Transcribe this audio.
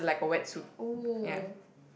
!woo!